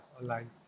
online